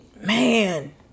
Man